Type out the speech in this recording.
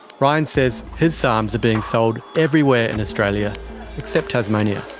ryan says his sarms are being sold everywhere in australia except tasmania.